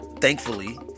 thankfully